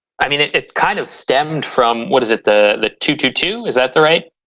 i mean it it kind of stemmed from what is it the the two two two is that the right